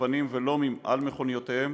אבנים ולומים על מכוניותיהם,